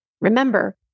Remember